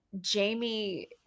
Jamie